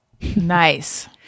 Nice